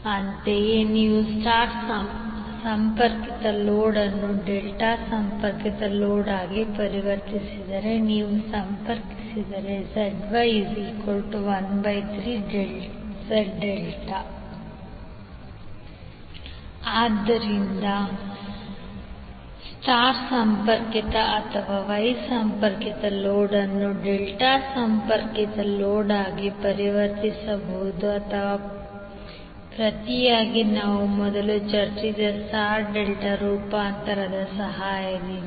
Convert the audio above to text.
ಅಂತೆಯೇ ನೀವು ಸ್ಟಾರ್ ಸಂಪರ್ಕಿತ ಲೋಡ್ ಅನ್ನು ಡೆಲ್ಟಾ ಸಂಪರ್ಕಿತ ಲೋಡ್ ಆಗಿ ಪರಿವರ್ತಿಸಿದರೆ ನೀವು ಸಂಪರ್ಕಿಸಿದರೆ ZY13Z∆ ಆದ್ದರಿಂದ ಸ್ಟರ್ ಸಂಪರ್ಕಿತ ಅಥವಾ ವೈ ಸಂಪರ್ಕಿತ ಲೋಡ್ ಅನ್ನು ಡೆಲ್ಟಾ ಸಂಪರ್ಕಿತ ಲೋಡ್ ಆಗಿ ಪರಿವರ್ತಿಸಬಹುದು ಅಥವಾ ಪ್ರತಿಯಾಗಿ ನಾವು ಮೊದಲು ಚರ್ಚಿಸಿದ ಸ್ಟಾರ್ ಡೆಲ್ಟಾ ರೂಪಾಂತರದ ಸಹಾಯದಿಂದ